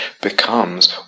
becomes